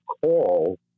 call